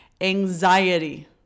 anxiety